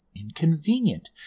inconvenient